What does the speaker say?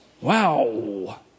Wow